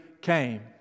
came